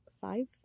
five